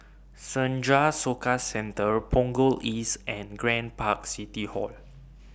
Senja Soka Centre Punggol East and Grand Park City Hall